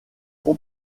font